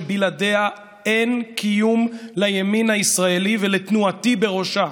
שבלעדיה אין קיום לימין הישראלי ולתנועתי בראשו,